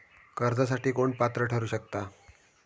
कर्जासाठी कोण पात्र ठरु शकता?